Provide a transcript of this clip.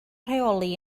rheoli